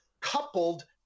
coupled